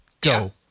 Go